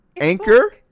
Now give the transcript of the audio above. anchor